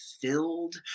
filled